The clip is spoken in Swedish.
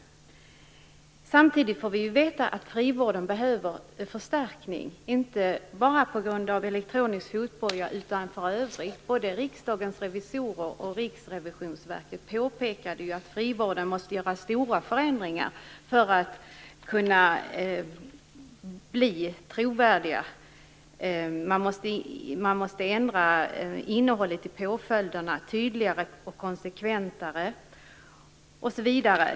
Samtidigt får vi ju veta att frivården behöver förstärkning, inte bara på grund av verksamheten med elektronisk fotboja. Både Riksdagens revisorer och Riksrevisionsverket har ju påpekat att man måste göra stora förändringar inom frivården för att bli trovärdiga, att innehållet i påföljderna måste bli tydligare och konsekventare osv.